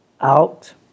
out